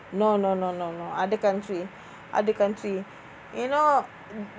no no no no no other country other country you know